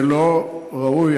זה לא ראוי.